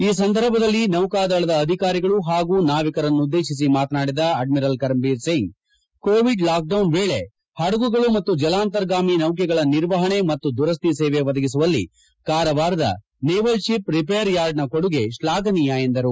ಈ ಸಂದರ್ಭದಲ್ಲಿ ನೌಕಾದಳದ ಅಧಿಕಾರಿಗಳು ಪಾಗೂ ನಾವಿಕರನ್ನು ಉದ್ದೇಶಿಸಿ ಮಾತನಾಡಿದ admiral Karambir Singh covid lockdown ವೇಳೆ ಪಡಗುಗಳು ಮತ್ತು ಜಲಾಂತರ್ಗಾಮಿ ನೌಕೆಗಳ ನಿರ್ವಹಣೆ ಮತ್ತು ದುರಕ್ಕಿ ಸೇವೆ ಒದಗಿಸುವಲ್ಲಿ ಕಾರವಾರದ ನೆವೆಲ್ತಿಪ್ ರಿಪೇರ್ ಯಾರ್ಡನ ಕೊಡುಗೆ ಶ್ವಾಘನೀಯ ಎಂದರು